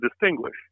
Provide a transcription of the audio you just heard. distinguish